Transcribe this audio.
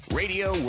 radio